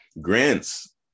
Grants